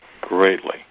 greatly